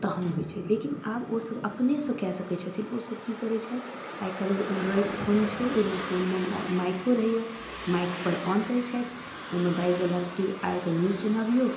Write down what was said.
तहन होइ छै लेकिन आब ओसभ अपनेसँ कऽ सकै छथिन ओसभ कि करै छथि आइकाल्हि एन्ड्रॉइड फोन छै ओहिमे फोनमे माइको रहैए माइकपर ऑन करै छथि ओहिमे बाजि देलक कि आइके न्यूज सुनाबिऔ